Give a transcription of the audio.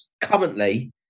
currently